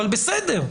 אבל בסדר,